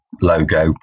logo